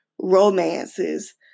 romances